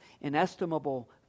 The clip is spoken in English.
inestimable